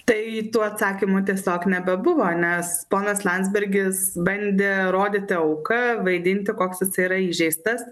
tai tų atsakymų tiesiog nebebuvo nes ponas landsbergis bandė rodytą auką vaidinti koks jis yra įžeistas